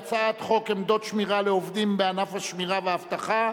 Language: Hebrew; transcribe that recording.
עמדות שמירה לעובדים בענף השמירה והאבטחה,